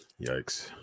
Yikes